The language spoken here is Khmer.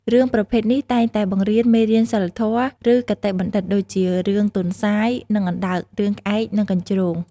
រឿងប្រភេទនេះតែងតែបង្រៀន មេរៀនសីលធម៌ ឬគតិបណ្ឌិត ដូចជា រឿងទន្សាយ និងអណ្ដើក រឿងក្អែក និងកញ្ជ្រោង ។